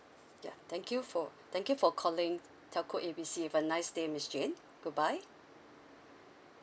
ya thank you for thank you for calling telco A B C have a nice day miss jane goodbye